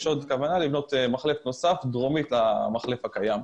יש עוד כוונה לבנות מחלף נוסף דרומית למחלף הקיים.